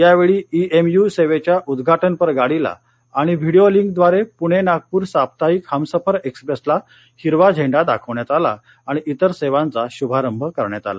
त्यावेळी E M U सेवेच्या उद्घाटनपर गाडीला आणि व्हिडीयो लिंकद्वारे पुणे नागपूर साप्ताहिक हमसफर एक्स्प्रेसला हिरवा झेंडा दाखवण्यात आला आणि इतर सेवांचा शुभारभ करण्यात आला